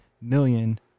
million